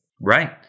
right